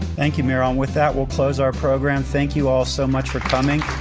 thank you, meryl, and with that, we'll close our program. thank you all so much for coming.